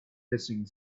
hissing